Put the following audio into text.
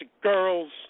girls